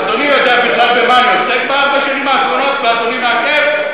אדוני יודע בכלל במה אני עוסק בארבע שנים האחרונות ואדוני מעכב?